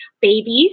babies